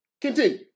Continue